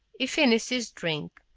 he finished his drink.